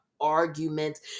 arguments